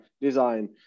design